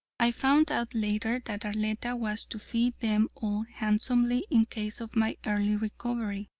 i found out later that arletta was to fee them all handsomely in case of my early recovery.